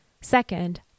Second